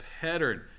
pattern